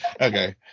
Okay